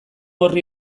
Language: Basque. horri